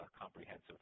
comprehensive